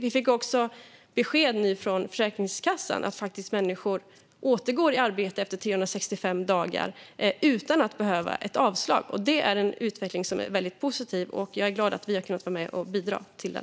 Vi fick dessutom nyligen besked från Försäkringskassan om att människor återgår i arbete efter 365 dagar utan att behöva ett avslag. Det är en väldigt positiv utveckling, och jag är glad över att vi har kunnat bidra till den.